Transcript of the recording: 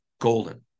golden